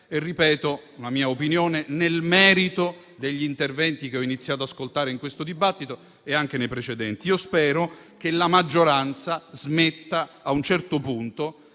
ripeto la mia opinione, nel merito degli interventi che ho iniziato ad ascoltare, in questo dibattito e anche nei precedenti. Io spero che, a un certo punto,